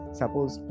suppose